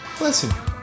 Listen